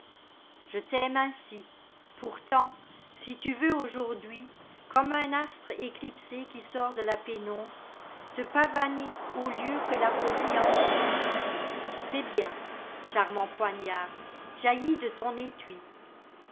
je t'aime ainsi pourtant si tu veux aujourd'hui comme un astre éclipsé qui sort de la pénombre te pavaner aux lieux que la folie encombre c'est bien charmant poignard jaillis de ton étui